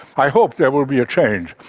i hope there will be a change.